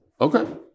Okay